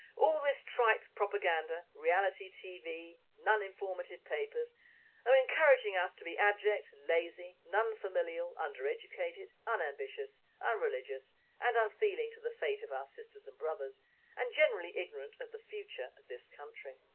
all this tripe propaganda, reality tv and non informative papers are encouraging us to be abject, lazy, non familial, under-educated, un-ambitious, unreligious and unfeeling to the fate of our sisters and brothers and generally ignorant of the future of this country.